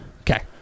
Okay